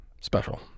special